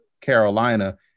Carolina